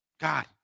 God